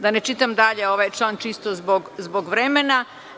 Da ne čitam dalje ovaj član čisto zbog vremena.